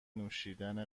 نوشیدن